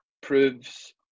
proves